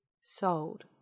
sold